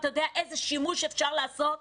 אתה יודע איזה שימוש אפשר לעשות בזה?